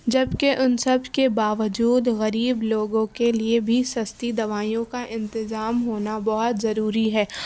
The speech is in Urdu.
جبکہ ان سب کے باوجود غریب لوگوں کے لیے بھی سستی دوائیوں کا انتظام ہونا بہت ضروری ہے